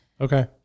okay